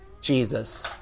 Jesus